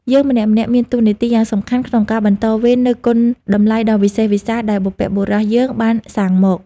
យើងម្នាក់ៗមានតួនាទីយ៉ាងសំខាន់ក្នុងការបន្តវេននូវគុណតម្លៃដ៏វិសេសវិសាលដែលបុព្វបុរសយើងបានសាងមក។